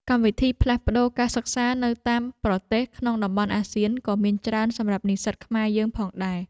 កម្មវិធីផ្លាស់ប្តូរការសិក្សានៅតាមប្រទេសក្នុងតំបន់អាស៊ានក៏មានច្រើនសម្រាប់និស្សិតខ្មែរយើងផងដែរ។